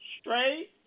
straight